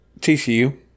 TCU